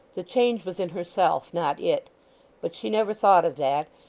the change was in herself, not it but she never thought of that,